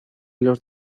los